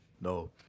No